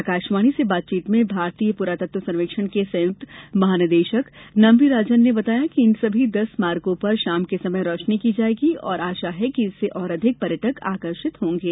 आकाशवाणी से बातचीत में भारतीय पुरातत्व सर्वेक्षण के संयुक्त महानिदेशक नाम्बी राजन ने बताया कि इन सभी दस स्मारकों पर शाम के समय रोशनी की जायेगी और आशा है कि इससे और अधिक पर्यटक आकर्षित होंगे